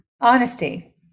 Honesty